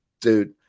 dude